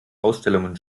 ausstellungen